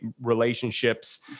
relationships